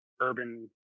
urban